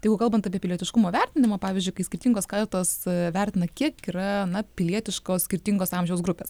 tai jeigu kalbant apie pilietiškumo vertinimą pavyzdžiui kai skirtingos kartos vertina kiek yra na pilietiškos skirtingos amžiaus grupės